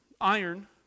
iron